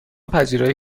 پذیرایی